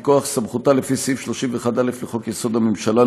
מכוח סמכותה לפי סעיף 31(א) לחוק-יסוד: הממשלה,